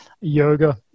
yoga